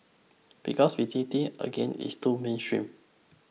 because visiting again is too mainstream